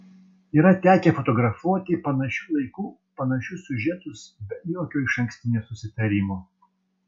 yra tekę fotografuoti panašiu laiku panašius siužetus be jokio išankstinio susitarimo